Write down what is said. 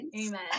Amen